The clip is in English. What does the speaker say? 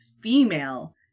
female